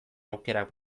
aukerak